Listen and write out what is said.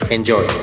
Enjoy